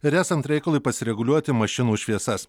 ir esant reikalui pasireguliuoti mašinų šviesas